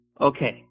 okay